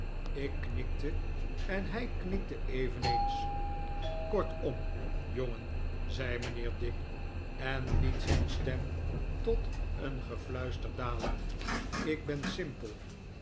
ik knikte en hij knikte eveneens kortom jongen zei mijnheer dick en liet zijn stem tot een gefluister dalen ik ben simpel